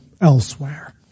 elsewhere